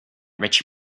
rich